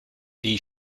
die